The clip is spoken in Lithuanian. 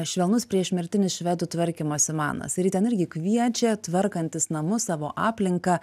švelnus priešmirtinis švedų tvarkymo simanas ir ji ten irgi kviečia tvarkantis namus savo aplinką